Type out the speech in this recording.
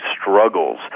struggles